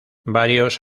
varios